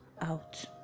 out